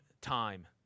time